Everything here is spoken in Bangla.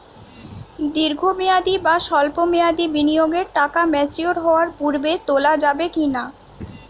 দীর্ঘ মেয়াদি বা সল্প মেয়াদি বিনিয়োগের টাকা ম্যাচিওর হওয়ার পূর্বে তোলা যাবে কি না?